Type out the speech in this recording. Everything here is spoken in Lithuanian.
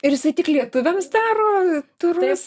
ir jisai tik lietuviams daro turus